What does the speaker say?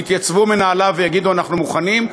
יתייצבו מנהליו ויגידו: אנחנו מוכנים.